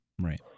Right